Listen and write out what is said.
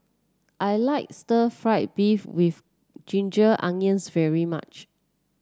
I like Stir Fried Beef with Ginger Onions very much